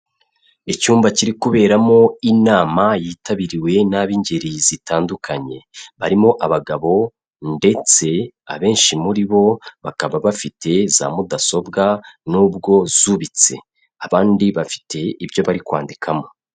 Icyumba kiri kuberamo inama yitabiriwe n'ab'ingeri zitandukanye. Barimo abagabo, ndetse abenshi muri bo bakaba bafite za mudasobwa, n'ubwo zubitse. Abandi bafite ibyo bari kwandikamo.